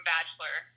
Bachelor